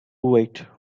wait